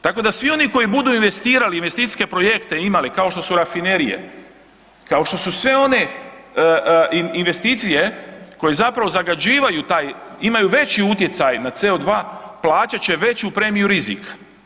Tako da svi oni koji budu investirali u investicijske projekte, imali, kao što su rafinerije, kao što su sve one investicije koje zapravo zagađivaju taj, imaju veći utjecaj na CO2, plaćat će veću premiju rizika.